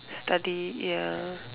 study ya